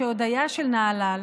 כשעוד היה של נהלל.